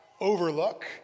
overlook